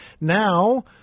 Now